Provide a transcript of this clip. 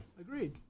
Agreed